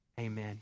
amen